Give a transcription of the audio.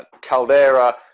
caldera